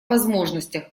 возможностях